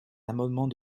amendement